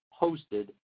hosted